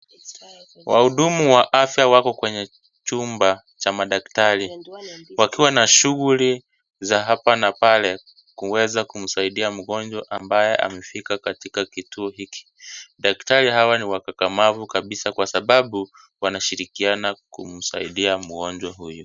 Wahudumu wa afya wako kwenye chimba cha madaktari, wakiwa na shughuli za hapa na pale kuweza kumsaidia mgonjwa ambaye amefika katika kituo hiki. Daktari hawa ni wakakamavu kabisa sababu wanashirikiana kumsaidia mgonjwa huyu.